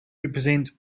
represent